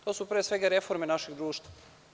To su, pre svega, reforme našeg društva.